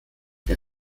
der